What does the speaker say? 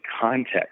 context